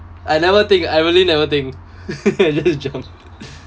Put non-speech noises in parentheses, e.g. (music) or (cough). I never think I really never think (laughs) I just jump